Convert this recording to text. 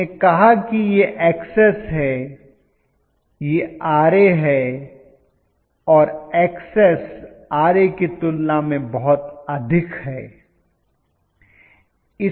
हमने कहा कि यह Xs है यह Ra है और Xs Ra की तुलना में बहुत अधिक है